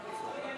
נתקבל.